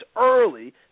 early